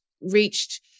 reached